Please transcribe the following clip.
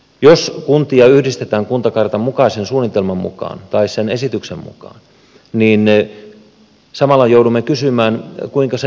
jos kuntia yhdistetään kuntakartan mukaisen suunnitelman mukaan tai sen esityksen mukaan niin samalla joudumme kysymään kuinka se demokratia kulkee